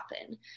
happen